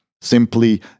simply